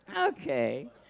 Okay